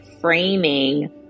framing